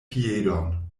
piedon